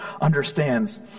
understands